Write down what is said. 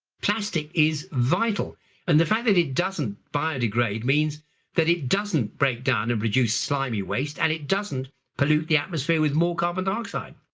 plastic is vital and the fact that it doesn't biodegrade means that it doesn't break down and produce slimy waste and it doesn't pollute the atmosphere with more carbon dioxide.